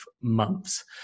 months